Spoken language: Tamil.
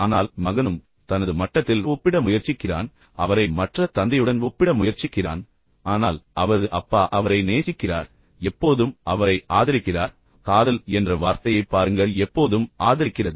ஆனால் மகனும் தனது மட்டத்தில் ஒப்பிட முயற்சிக்கிறான் அவரை மற்ற தந்தையுடன் ஒப்பிட முயற்சிக்கிறான் ஆனால் அவரது அப்பா அவரை நேசிக்கிறார் எப்போதும் அவரை ஆதரிக்கிறார் காதல் என்ற வார்த்தையைப் பாருங்கள் எப்போதும் ஆதரிக்கிறது